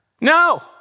No